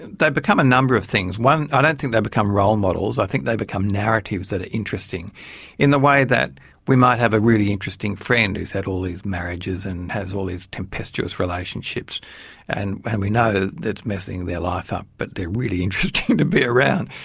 they become a number of things. one, i don't think they become role models, i think they become narratives that are interesting in the way that we might have a really interesting friend who's had all these marriages and has all these tempestuous relationships and we know that's messing their lives up, but they're really interesting to be around.